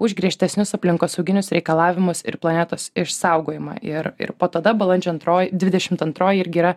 už griežtesnius aplinkosauginius reikalavimus ir planetos išsaugojimą ir ir po tada balandžio antroji dvidešimt antroji irgi yra